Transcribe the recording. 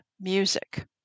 music